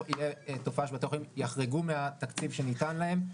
כשבתי החולים יחרגו מהתקציב שניתן להם.